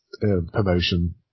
promotion